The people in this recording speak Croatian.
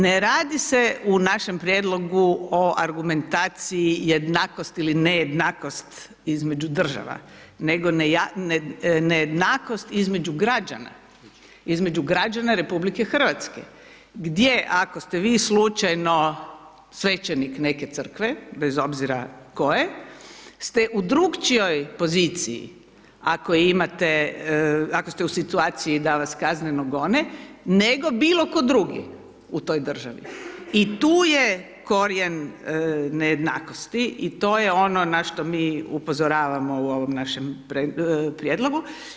Ne radi se u našem prijedlogu o argumentaciji, jednakosti ili nejednakost između država, nego na nejednakost između građana, između građana RH, gdje ako ste vi slučajno svećenik neke crkve, bez obzir a koje, ste u drugačijoj poziciji, ako ste u situaciji da vas kazneno gone, nego bilo tko drugi u toj državi i tu je korijen nejednakosti i to je ono na što mi upozoravamo u ovom našem prijedlogu.